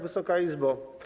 Wysoka Izbo!